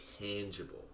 tangible